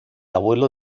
abuelo